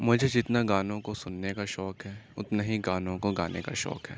مجھے جتنا گانوں کو سننے کا شوق ہے اتنا ہی گانوں کو گانے کا شوق ہے